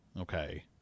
okay